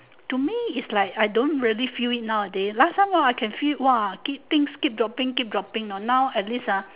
to me is like I don't really feel it nowaday last time you know I can feel it !wah! keep things keep dropping keep dropping you know now at least ah